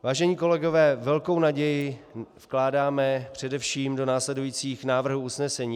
Vážení kolegové, velkou naději vkládáme především do následujících návrhů usnesení.